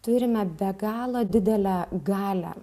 turime be galo didelę galią